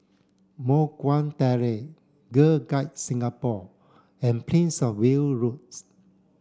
Moh Guan Terrace Girl Guides Singapore and Prince Of Wale Roads